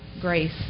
grace